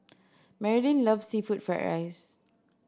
Marylin loves seafood fried rice